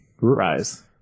Rise